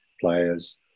players